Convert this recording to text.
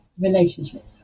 relationships